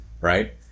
right